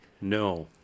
No